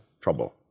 trouble